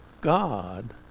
God